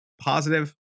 positive